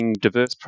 diverse